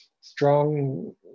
strong